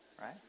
right